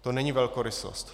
To není velkorysost.